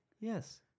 Yes